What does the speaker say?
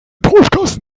tuschkasten